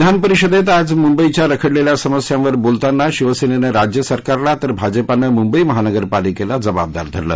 विधानपरिषदेत आज मुंबईच्या रखडलेल्या समस्यांवर बोलताना शिवसेनेनं राज्य सरकारला तर भाजपानं मुंबई महानगरपालिकेला जबाबदार धरलं